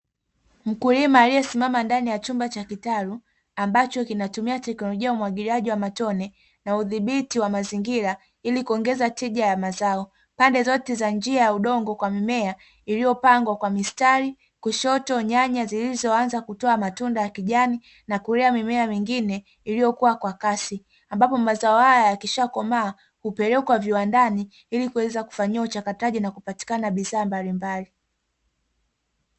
Mkulima aliyesimama ndani ya chumba cha kitalu ambacho kinatumia teknolojia umwagiliaji wa matone na udhibiti wa mazingira ili kuongeza tija ya mazao, pande zote za njia ya udongo kwa mmea iliyopangwa kwa mistari kushoto nyanya zilizoanza kutoa matunda ya kijani na kulea mimea mengine iliyokuwa kwa kasi, ambapo mazao haya yakishakomaa hupelekwa viwandani ili kuweza kufanyiwa uchakataji na kupatikana bidhaa mbalimbali.